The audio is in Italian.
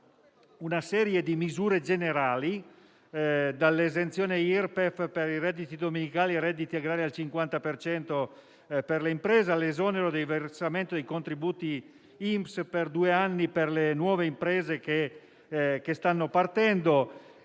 una serie di misure generali, dall'esenzione IRPEF per i redditi dominicali e i redditi agrari al 50 per cento per le imprese all'esonero dal versamento dei contributi INPS per due anni per le nuove imprese che stanno partendo.